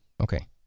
Okay